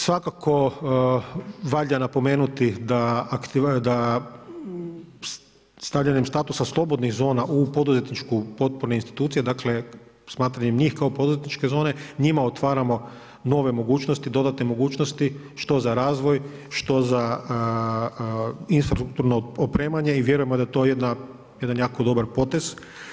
Svakako valja napomenuti da stavljanjem statusa slobodnih zona u poduzetničku … institucije, dakle smatranjem njih kao poduzetničke zone njima otvaramo nove mogućnosti, dodatne mogućnosti što za razvoj, što za infrastrukturno opremanje i vjerujemo da je to jedan jako dobar potez.